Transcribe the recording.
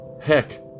Heck